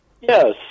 Yes